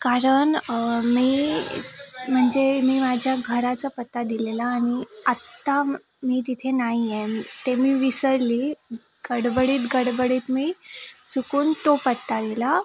कारण मी म्हणजे मी माझ्या घराचा पत्ता दिलेला आणि आत्ता मी तिथे नाही आहे ते मी विसरले खडबडीत गडबडीत मी चुकून तो पत्ता दिला